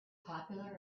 popular